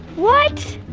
what!